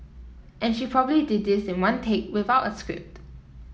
and she probably did this in one take without a script